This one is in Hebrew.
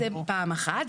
זה פעם אחת.